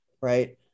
right